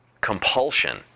compulsion